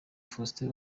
faustin